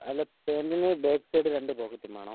അല്ല പാൻറ്റിന് back side രണ്ട് പോക്കറ്റും വേണം